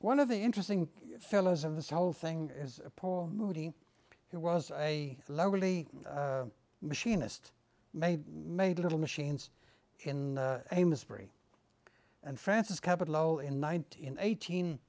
one of the interesting fellows in this whole thing is paul moody who was a really machinist made made little machines in a mystery and francis capital oh in nineteen eighteen